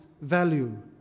value